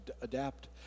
adapt